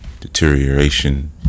deterioration